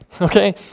okay